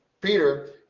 Peter